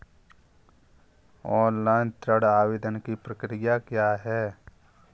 Online ऋण आवेदन की प्रक्रिया क्या है?